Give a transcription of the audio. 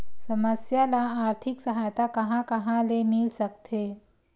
समस्या ल आर्थिक सहायता कहां कहा ले मिल सकथे?